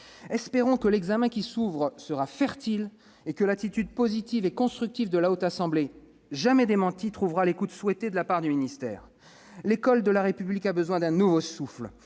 Espérons que l'examen qui s'ouvre sera fertile et que l'attitude positive et constructive de la Haute Assemblée, jamais démentie, recevra l'écoute souhaitée de la part du ministère. L'école de la République a besoin d'un nouveau souffle